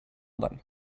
then